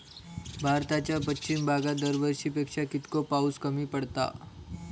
भारताच्या पश्चिम भागात दरवर्षी पेक्षा कीतको पाऊस कमी पडता?